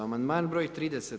Amandman broj 30.